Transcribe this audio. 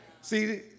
see